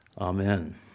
Amen